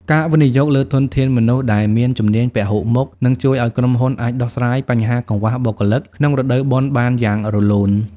ការវិនិយោគលើធនធានមនុស្សដែលមានជំនាញពហុមុខ នឹងជួយឱ្យក្រុមហ៊ុនអាចដោះស្រាយបញ្ហាកង្វះបុគ្គលិកក្នុងរដូវបុណ្យបានយ៉ាងរលូន។